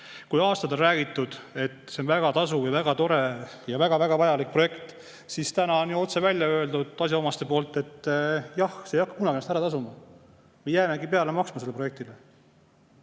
Kui aastaid on räägitud, et see on väga tasuv ja väga tore ja väga-väga vajalik projekt, siis nüüd on ju otse välja öeldud asjaomaste poolt, et jah, see ei hakka kunagi ennast ära tasuma, me jäämegi sellele projektile